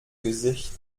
gesicht